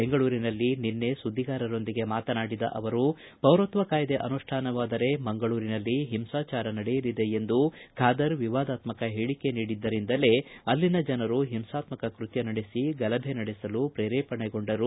ಬೆಂಗಳೂರಿನಲ್ಲಿ ನಿನ್ನೆ ಸುದ್ದಿಗಾರರೊಂದಿಗೆ ಮಾತನಾಡಿದ ಅವರು ಪೌರತ್ವ ಕಾಯ್ದೆ ಅನುಷ್ಠಾನವಾದರೆ ಮಂಗಳೂರಿನಲ್ಲಿ ಹಿಂಸಾಚಾರ ನಡೆಯಲಿದೆ ಎಂದು ಖಾದರ್ ವಿವಾದಾತ್ಮಕ ಹೇಳಿಕೆ ನೀಡಿದ್ದರಿಂದಲೇ ಅಲ್ಲಿನ ಜನರು ಹಿಂಸಾತ್ಕಕ ಕೃತ್ತ ನಡೆಸಿ ಗಲಭೆ ನಡೆಸಲು ಪ್ರೇರೇಪಣೆಗೊಂಡರು